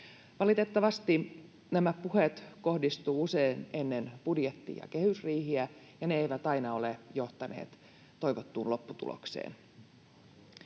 Valitettavasti nämä puheet kohdistuvat usein ennen budjetti- ja kehysriihiä, ja ne eivät aina ole johtaneet toivottuun lopputulokseen.